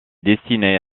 destinée